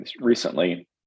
recently